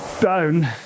down